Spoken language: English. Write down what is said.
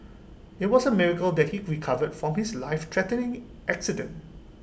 IT was A miracle that he recovered from his lifethreatening accident